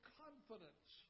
confidence